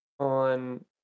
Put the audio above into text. On